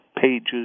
pages